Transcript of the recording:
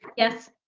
yes.